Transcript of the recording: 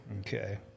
Okay